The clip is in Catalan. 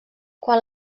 quan